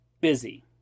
busy